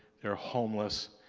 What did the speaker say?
they're homeless,